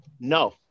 no